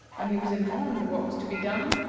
when he was informed of what was to be done,